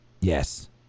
Yes